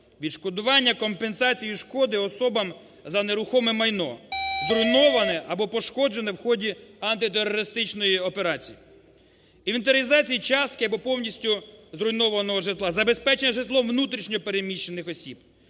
відшкодування компенсації шкоди особам за нерухоме майно, зруйноване або пошкоджене в ході антитерористичної операції; інвентаризації частки або повністю зруйнованого житла, забезпечення житлом внутрішньо переміщених осіб.